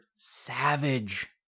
savage